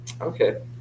Okay